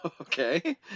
Okay